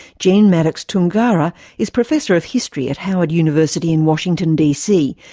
jeanne maddox toungara is professor of history at howard university in washington, d. c,